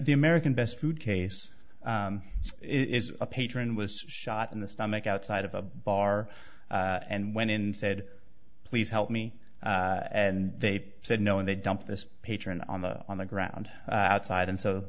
the american best food case is a patron was shot in the stomach outside of a bar and went in and said please help me and they said no and they dumped this patron on the on the ground outside